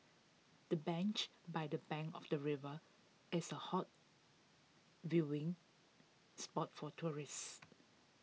the bench by the bank of the river is A hot viewing spot for tourists